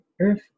Earth